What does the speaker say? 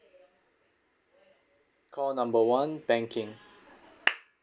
call number one banking